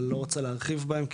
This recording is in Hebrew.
אבל ל ארוצה להרחיב בהם,